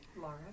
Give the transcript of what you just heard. Laura